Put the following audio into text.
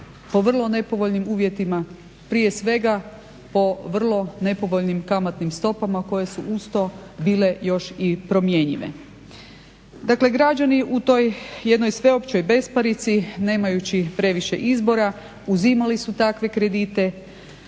po vrlo nepovoljnim uvjetima, prije svega po vrlo nepovoljnim kamatnim stopama koje su uz to bile još i promjenjive. Dakle građani u toj jednoj sveopćoj besparici, nemajući previše izbora, uzimali su takve kredite,